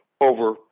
over